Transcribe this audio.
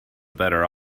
better